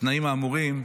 בתנאים האמורים,